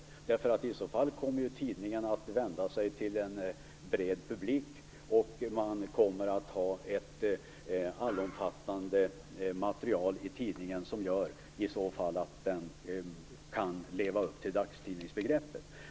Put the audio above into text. I så fall kommer ju tidningen att vända sig till en bred publik och kommer att ha ett allomfattande material som gör att den kan leva upp till dagstidningsbegreppet.